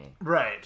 right